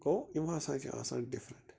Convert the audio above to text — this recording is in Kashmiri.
گوٚو یِم ہسا چھِ آسان ڈِفرنٛٹ